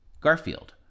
Garfield